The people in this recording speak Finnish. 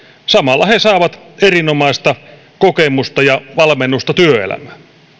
samalla he saavat erinomaista kokemusta ja valmennusta työelämään